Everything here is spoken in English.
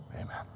Amen